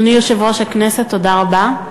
אדוני יושב-ראש הכנסת, תודה רבה.